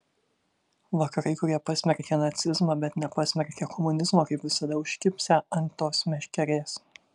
vakarai kurie pasmerkė nacizmą bet nepasmerkė komunizmo kaip visada užkibsią ant tos meškerės